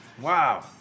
Wow